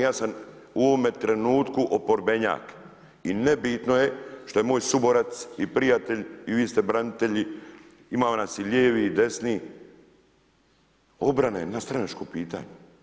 Ja sam u ovome trenutku oporbenjak i nebitno je što je moj suborac i prijatelj i vi ste branitelji, ima nas i lijevih i desnih, obrana je nadstranačko pitanje.